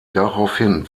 daraufhin